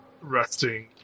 resting